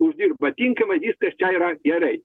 uždirba tinkamai viskas čia yra gerai